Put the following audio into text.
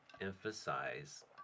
emphasize